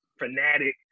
Fanatic